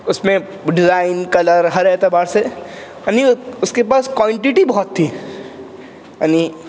اس میں design colour ہر اعتبار سے یعنی اس کے پاس کونٹٹی بہت تھی یعنی